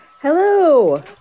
Hello